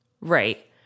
Right